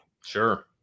Sure